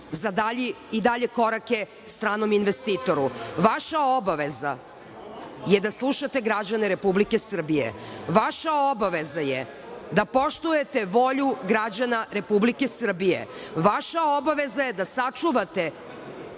put i dalje korake stranom investitoru. Vaša obaveza je da slušate građane Republike Srbije, vaša obaveza je da poštujete volju građana Republike Srbije, vaša obaveza je da sačuvate